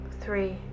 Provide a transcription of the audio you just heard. three